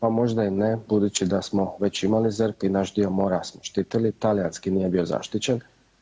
Pa možda i ne budući da smo već imali ZEPR i naš dio mora smo štitili, talijanski nije bio zaštićen.